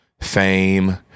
fame